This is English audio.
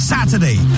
Saturday